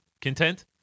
content